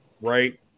right